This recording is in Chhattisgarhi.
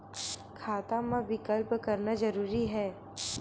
खाता मा विकल्प करना जरूरी है?